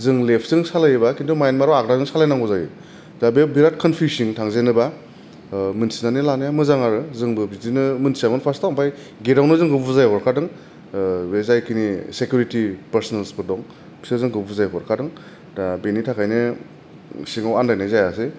जों लेप्थ जों सालायोबा म्यानमार आव खिन्थु आगदाजों सालायनांगौ जायो दा बे बेराथ कनफिउसन जेन'बा मिथिनानै लानाया मोजां आरो जोंबो बिदिनो मोनथियामोन फार्सटआव ओमफाय गेटआवनो जोंखौ बुजाय हरखादों बे जाय खिनि सेकुरिटी पर्सनेलसफोर दं बिसोर जोंखौ बुजाय हरखादों दा बिनि थाखायनो एसेबां आन्दायनाय जायासै